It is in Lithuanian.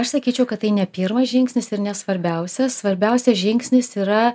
aš sakyčiau kad tai ne pirmas žingsnis ir ne svarbiausias svarbiausias žingsnis yra